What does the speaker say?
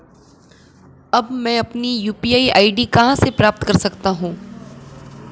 अब मैं अपनी यू.पी.आई आई.डी कहां से प्राप्त कर सकता हूं?